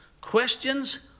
Questions